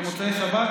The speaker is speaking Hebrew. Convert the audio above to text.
במוצאי שבת,